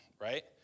right